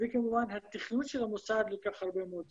וכמובן התכנון של המוסד לוקח הרבה מאוד זמן.